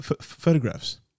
photographs